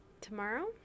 Tomorrow